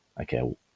okay